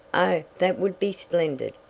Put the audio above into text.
oh, that would be splendid!